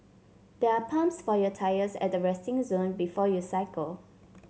there are pumps for your tyres at the resting zone before you cycle